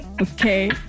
Okay